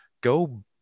Go